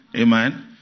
Amen